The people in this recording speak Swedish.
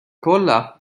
kolla